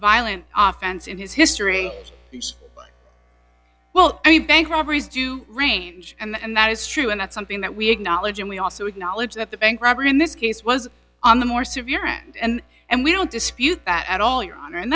violent offense in his history well any bank robberies do range and that is true and that's something that we acknowledge and we also acknowledge that the bank robbery in this case was on the more severe and and we don't dispute that at all your honor and